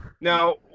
now